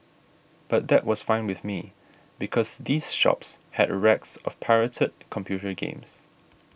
but that was fine with me because these shops had racks of pirated computer games